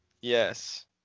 Yes